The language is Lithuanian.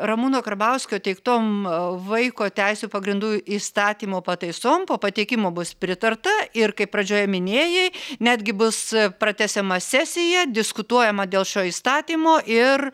ramūno karbauskio teiktom vaiko teisių pagrindų įstatymo pataisom po pateikimo bus pritarta ir kaip pradžioje minėjai netgi bus pratęsiama sesija diskutuojama dėl šio įstatymo ir